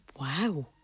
wow